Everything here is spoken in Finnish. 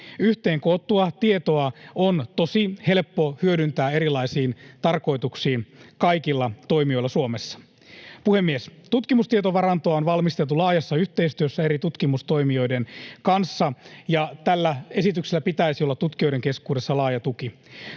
toimijoiden tosi helppo hyödyntää erilaisiin tarkoituksiin Suomessa. Puhemies! Tutkimustietovarantoa on valmisteltu laajassa yhteistyössä eri tutkimustoimijoiden kanssa, ja tällä esityksellä pitäisi olla tutkijoiden keskuudessa laaja tuki.